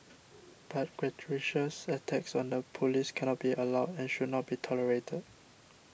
but gratuitous attacks on the police cannot be allowed and should not be tolerated